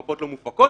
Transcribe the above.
המפות לא מופקות,